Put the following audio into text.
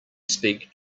speak